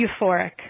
euphoric